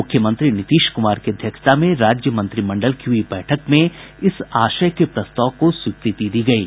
मुख्यमंत्री नीतीश कुमार की अध्यक्षता में राज्य मंत्रिमंडल की हुई बैठक में इस आशय के प्रस्ताव को स्वीकृति दी गयी